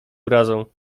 urazą